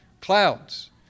Clouds